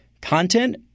Content